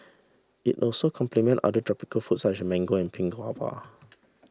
it also complement other tropical fruit such as mango and pink guava